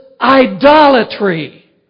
idolatry